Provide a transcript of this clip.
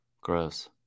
Gross